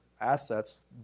assets